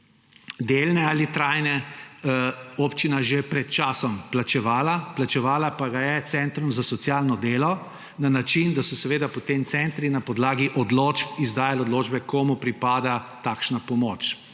delne ali trajne, občina že pred časom plačevala, plačevala pa ga je centrom za socialno delo na način, da so seveda potem centri na podlagi odločb izdajali odločbe, komu pripada takšna pomoč: